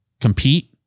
compete